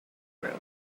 road